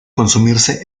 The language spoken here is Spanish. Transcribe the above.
consumirse